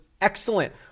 excellent